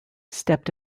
stepped